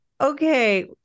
okay